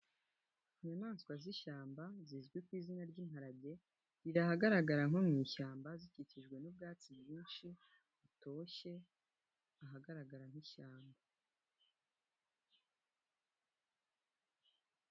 Inyamaswa z'ishyamba zizwi ku izina ry'imparage riri ahagaragarara nko mu ishyamba, zikikijwe n'ubwatsi bwinshi butoshye ahagaragara nk'ishyamba.